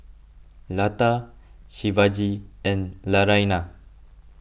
Lata Shivaji and Naraina